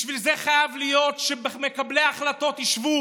בשביל זה חייב להיות שבין מקבלי ההחלטות ישבו